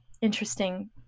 interesting